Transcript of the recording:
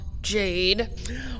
Jade